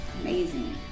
amazing